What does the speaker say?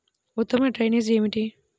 ఉత్తమ డ్రైనేజ్ ఏమిటి?